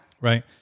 Right